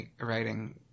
writing